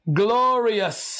glorious